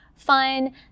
fun